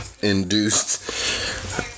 induced